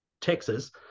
texas